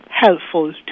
helpful